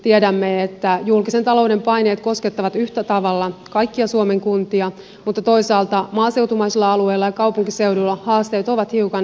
tiedämme että julkisen talouden paineet koskettavat yhtä tavalla kaikkia suomen kuntia mutta toisaalta maaseutumaisilla alueilla ja kaupunkiseuduilla haasteet ovat hiukan erilaisia